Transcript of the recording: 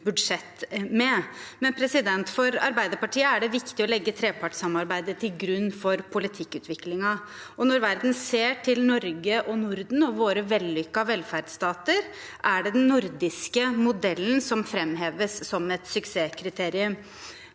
med. For Arbeiderpartiet er det viktig å legge trepartssamarbeidet til grunn for politikkutviklingen. Når verden ser til Norge, Norden og våre vellykkede velferdsstater, er det den nordiske modellen som framheves som et